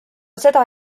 seda